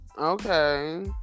Okay